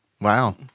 wow